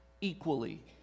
equally